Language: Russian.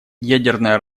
ядерное